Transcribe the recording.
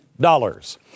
dollars